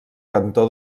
cantó